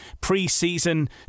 pre-season